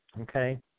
Okay